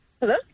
Hello